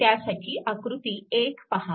त्यासाठी आकृती 1 पहा